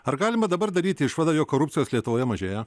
ar galima dabar daryti išvadą jog korupcijos lietuvoje mažėja